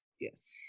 Yes